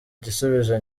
igisubizo